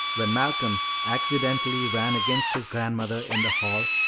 when malcolm accidentally ran against his grandmother in the hall,